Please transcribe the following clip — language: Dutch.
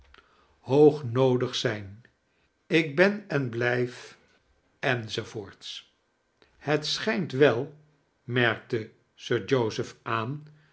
zijn ik ben en blijf enz het schijnt wel merkte sir joseph aan